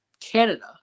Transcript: Canada